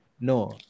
No